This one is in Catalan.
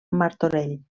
martorell